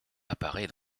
apparaît